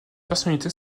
personnalité